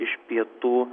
iš pietų